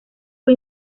fue